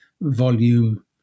volume